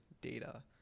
data